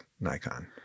Nikon